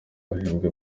bahembwa